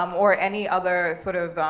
um or any other sort of,